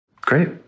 Great